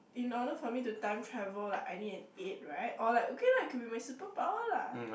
in order for me to time travel like I need an aid right or like okay lah it could be my super power lah